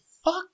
Fuck